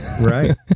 Right